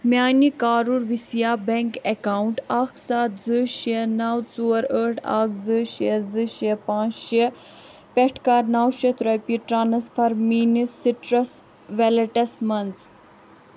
میانہِ کَروٗر وِسیا bank account اکھ سَتھ زٕ شیٚے نو ژور ٲٹھ اکھ زٕ شیٚے زٕ شیٚے زٕ پانٛژھ شیٚے پٮ۪ٹھ کرنو شیٚتھ رۄپیہِ ٹرانسفر میٲنِس سِٹرس ویلیٹَس مَنٛز